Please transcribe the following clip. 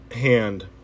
hand